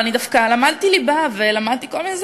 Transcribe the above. אבל אני דווקא למדתי ליבה ולמדתי כל מיני,